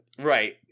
right